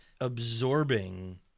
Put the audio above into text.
absorbing